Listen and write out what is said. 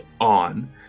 on